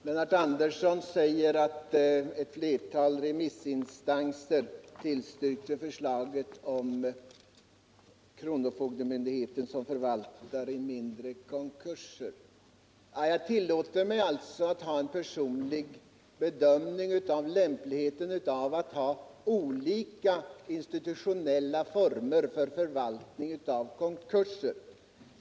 Herr talman! Lennart Andersson sade att ett flertal remissinstanser tillstyrkt förslaget om kronofogdemyndighet som förvaltare i mindre konkurser. Jag tillåter mig emellertid att ha en personlig bedömning av lämpligheten av att ha olika institutionella former för förvaltning av konkurser.